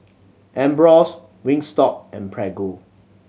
Ambros Wingstop and Prego